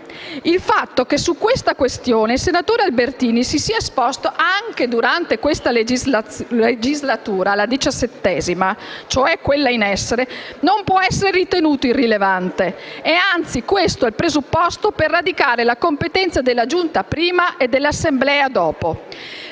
Il fatto che sulla stessa questione il senatore Albertini si sia esposto anche durante la XVII legislatura nazionale, cioè quella in essere, non può essere ritenuto irrilevante. Anzi, è proprio questo il presupposto per radicare la competenza della Giunta prima e dell'Assemblea dopo.